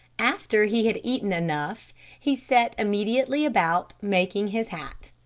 after he had eaten enough he set immediately about making his hat.